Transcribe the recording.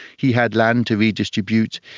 he had land to redistribute.